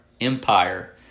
empire